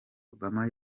obama